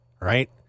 right